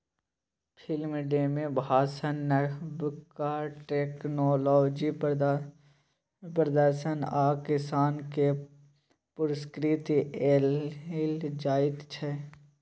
field day मे भाषण, नबका टेक्नोलॉजीक प्रदर्शन आ किसान केँ पुरस्कृत कएल जाइत छै